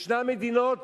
ישנן מדינות